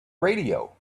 radio